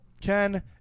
Ken